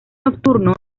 nocturno